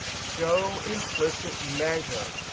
show implicit measure.